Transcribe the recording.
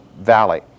valley